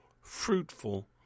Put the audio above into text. fruitful